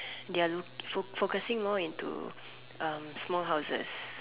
they're focusing more into small houses